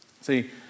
See